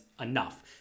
enough